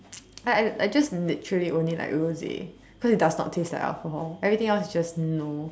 I I I just like literally only like Rosé cause it does not taste like alcohol everything else is just no